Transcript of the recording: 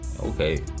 Okay